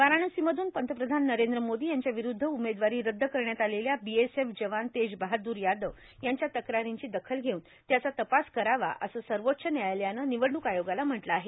वाराणसीमधून पंतप्रधान नरेंद्र मोदी यांच्याविरूद्ध उमेदवारी रद्द करण्यात आलेल्या बीएसएफ जवान तेज बहादूर यादव यांच्या तक्रारींची दखल घेऊन त्याचा तपास करावा असं सर्वोच्च न्यायालयानं निवडणूक आयोगाला म्हटलं आहे